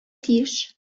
тиеш